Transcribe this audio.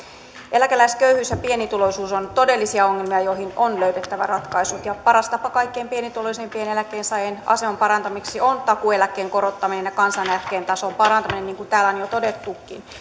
eläkeläisköyhyys ja pienituloisuus ovat todellisia ongelmia joihin on löydettävä ratkaisut ja paras tapa kaikkein pienituloisimpien eläkkeensaajien aseman parantamiseksi on takuueläkkeen korottaminen ja kansaneläkkeen tason parantaminen niin kuin täällä on jo todettukin